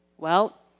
well,